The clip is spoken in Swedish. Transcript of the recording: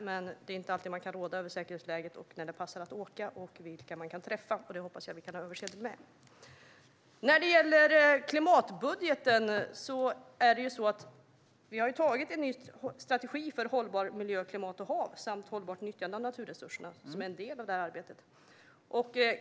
Men det är inte alltid man kan råda över säkerhetsläget, när det passar att åka och vilka man kan träffa, och det hoppas jag att vi kan ha överseende med. När det gäller klimatbudgeten har vi antagit en ny strategi för hållbar miljö, klimat och hav samt hållbart nyttjande av naturresurserna som en del av det här arbetet.